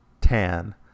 tan